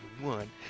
One